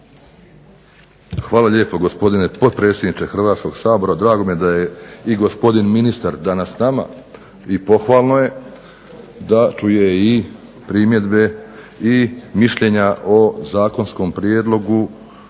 Hvala lijepo gospodine potpredsjedniče Hrvatskog sabora. Drago mi je da je i gospodin ministar danas s nama, i pohvalno je, da čuje i primjedbe i mišljenja o zakonskom prijedlogu